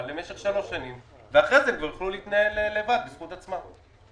למשך שלוש שנים ואחר כך יוכלו להתנהל לבד בזכות עצמם.